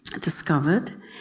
discovered